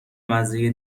مزه